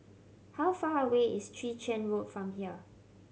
how far away is Chwee Chian Road from here